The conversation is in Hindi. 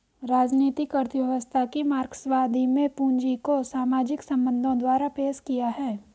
राजनीतिक अर्थव्यवस्था की मार्क्सवादी में पूंजी को सामाजिक संबंधों द्वारा पेश किया है